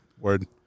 Word